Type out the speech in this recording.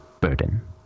burden